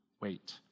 wait